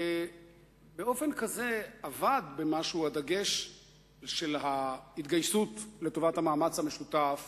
ובאופן כזה אבד במשהו הדגש של ההתגייסות לטובת המאמץ המשותף,